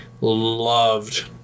loved